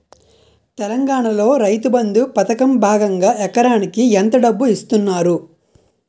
తెలంగాణలో రైతుబంధు పథకం భాగంగా ఎకరానికి ఎంత డబ్బు ఇస్తున్నారు?